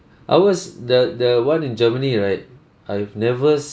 I was the the one in germany right I've never